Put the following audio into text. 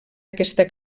aquesta